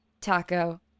taco